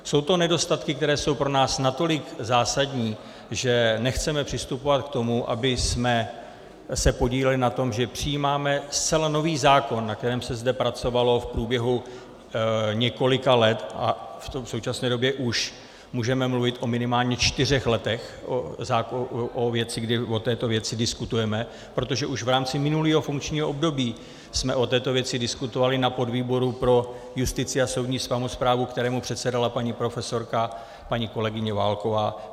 Jsou to nedostatky, které jsou pro nás natolik zásadní, že nechceme přistupovat k tomu, abychom se podíleli na tom, že přijímáme zcela nový zákon, na kterém se zde pracovalo v průběhu několika let v současné době už můžeme mluvit o minimálně čtyřech letech, kdy o této věci diskutujeme, protože už v rámci minulého funkčního období jsme o této věci diskutovali na podvýboru pro justici a soudní samosprávu, kterému předsedala paní profesorka, paní kolegyně Válková.